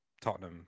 Tottenham